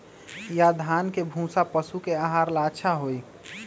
या धान के भूसा पशु के आहार ला अच्छा होई?